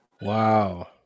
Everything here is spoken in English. Wow